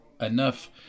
enough